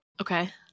Okay